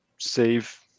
save